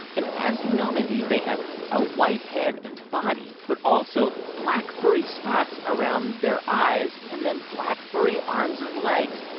and, as you know, mindy, they have a white head and body but also black, furry spots around their eyes and then black, furry arms and legs.